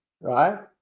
right